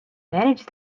manage